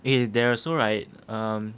!hey! there so right um